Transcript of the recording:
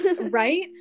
right